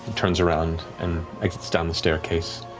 turns around and exits down the staircase.